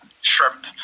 shrimp